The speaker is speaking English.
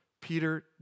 Peter